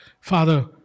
Father